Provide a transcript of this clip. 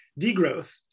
Degrowth